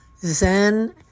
Zen